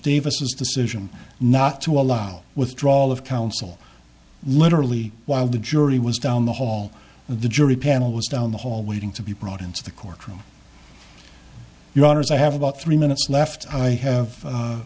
davis's decision not to allow withdrawal of counsel literally while the jury was down the hall the jury panel was down the hall waiting to be brought into the courtroom your honor as i have about three minutes left i have